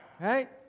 Right